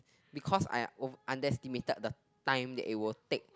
because I o~ underestimated the time that it will take